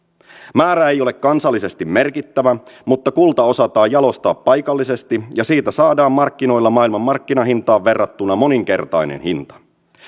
määrä ei ole kansallisesti merkittävä mutta kulta osataan jalostaa paikallisesti ja siitä saadaan markkinoilla maailmanmarkkinahintaan verrattuna moninkertainen hinta